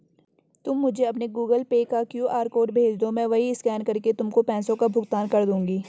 तुम मुझे अपना गूगल पे का क्यू.आर कोड भेजदो, मैं वहीं स्कैन करके तुमको पैसों का भुगतान कर दूंगी